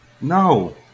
No